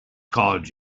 called